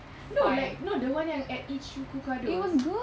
no like no the one yang at Ichikokudo